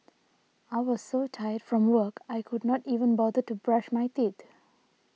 I was so tired from work I could not even bother to brush my teeth